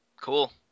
Cool